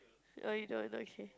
oh you don't you don't okay